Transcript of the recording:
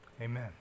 Amen